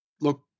look